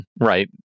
right